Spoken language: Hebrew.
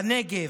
בנגב,